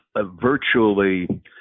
virtually